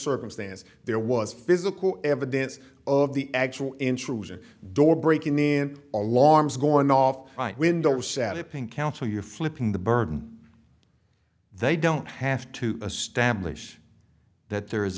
circumstance there was physical evidence of the actual intrusion door breaking in a long arms going off right window sat a pink counsel you're flipping the burden they don't have to establish that there is